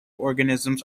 organisms